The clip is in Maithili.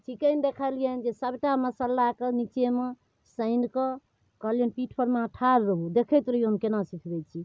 तऽ चिकन देखलिअनि जे सबटा मसल्लाके निचेमे सानिकऽ कहलिअनि पीठपरमे अहाँ ठाढ़ रहू देखैत रहिऔ हम कोना सिखबै छी